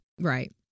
Right